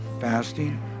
fasting